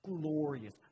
glorious